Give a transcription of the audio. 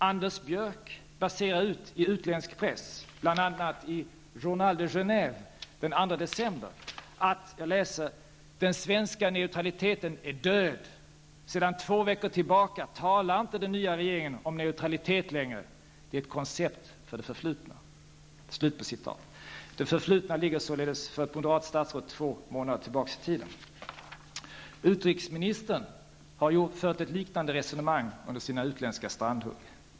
Anders Björck basunerade ut i utländsk press, bl.a. i Journal de Genève den 2 december, att den svenska neutraliteten är död. Sedan två veckor tillbaka talar inte den nya regeringen om neutralitet längre. Det är ett koncept för det förflutna. För ett moderat statsråd ligger således det förflutna två månader tillbaka i tiden. Utrikesministern har fört ett liknande resonemang under sina utländska strandhugg.